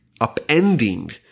upending